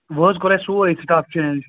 وۅنۍ حظ کوٚر اَسہِ سورُے سِٹاف چینج